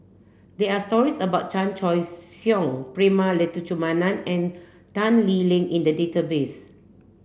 there are stories about Chan Choy Siong Prema Letchumanan and Tan Lee Leng in the database